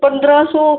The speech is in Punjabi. ਪੰਦਰਾਂ ਸੌ